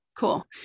Cool